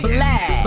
Black